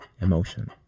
emotion